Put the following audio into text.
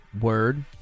Word